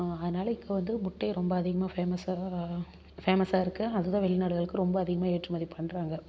அதனால் இங்கே வந்து முட்டை ரொம்ப அதிகமாக ஃபேமஸ் ஃபேமஸ் இருக்குது அதுதான் வெளிநாடுகளுக்கு ரொம்ப அதிகமாக ஏற்றுமதி பண்ணுறாங்க